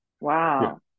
Wow